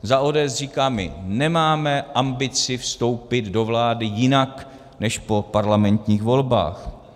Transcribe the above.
Za ODS říkáme, nemáme ambici vstoupit do vlády jinak než po parlamentních volbách.